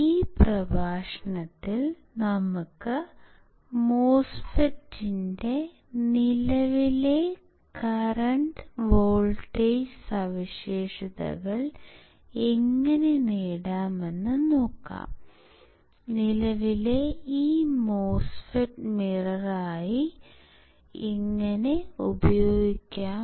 ഈ പ്രഭാഷണത്തിൽ നമുക്ക് MOSFET ൻറെ നിലവിലെ കറൻറ് വോൾട്ടേജ് സവിശേഷതകൾ എങ്ങനെ നേടാമെന്ന് നോക്കാം നിലവിലെ ഈ മോസ്ഫെറ്റ് മിററായി എങ്ങനെ ഉപയോഗിക്കാം